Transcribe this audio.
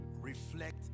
reflect